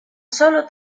solo